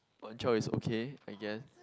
one child is okay I guess